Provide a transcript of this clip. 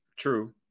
true